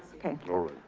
okay. alright.